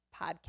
podcast